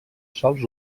sòls